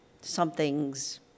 something's